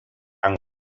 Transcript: han